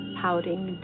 pouting